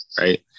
right